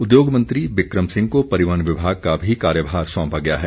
उद्योग मंत्री बिक्रम सिंह को परिवहन विभाग का भी कार्यभार सौंपा गया है